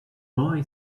boy